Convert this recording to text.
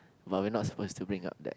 but we're not supposed to bring up that